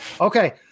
okay